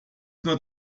nur